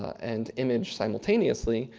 and image simultaneously,